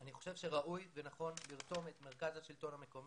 אני חושב שראוי ונכון לרתום את מרכז השלטון המקומי